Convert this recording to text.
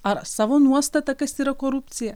ar savo nuostatą kas yra korupcija